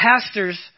pastor's